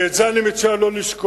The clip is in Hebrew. ואת זה אני מציע לא לשכוח.